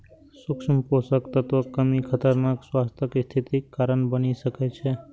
सूक्ष्म पोषक तत्वक कमी खतरनाक स्वास्थ्य स्थितिक कारण बनि सकै छै